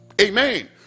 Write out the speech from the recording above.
amen